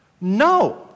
No